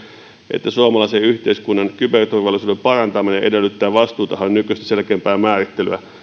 että suomalaisen yhteiskunnan kyberturvallisuuden parantaminen edellyttää vastuutahon nykyistä selkeämpää määrittelyä